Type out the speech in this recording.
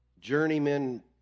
journeyman